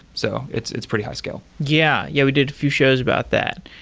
so it's it's pretty high scale yeah. yeah, we did a few shows about that.